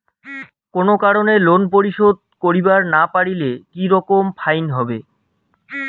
কোনো কারণে লোন পরিশোধ করিবার না পারিলে কি রকম ফাইন হবে?